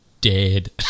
dead